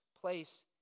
place